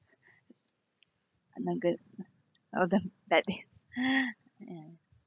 not good oh damn bad ya